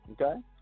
Okay